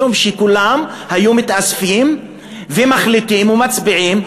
משום שכולם היו מתאספים ומחליטים ומצביעים,